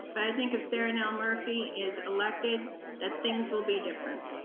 but i think if sarahnell murphy is elected that things will be different.